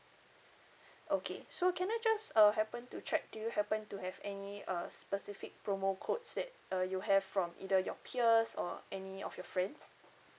okay so can I just uh happen to check do you happen to have any uh specific promo codes that uh you have from either your peers or any of your friends